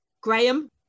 graham